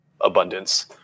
abundance